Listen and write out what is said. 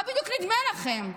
מה בדיוק נדמה לכם?